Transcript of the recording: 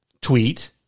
tweet